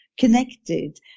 connected